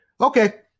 Okay